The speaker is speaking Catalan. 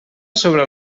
sobre